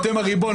אתם הריבון.